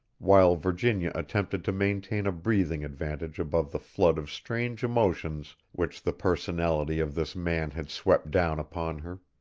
while virginia attempted to maintain a breathing advantage above the flood of strange emotions which the personality of this man had swept down upon her.